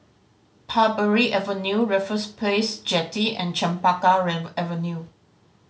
Parbury Avenue Raffles Place Jetty and Chempaka Avenue